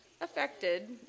affected